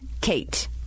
Kate